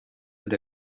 not